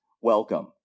welcome